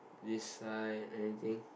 this side anything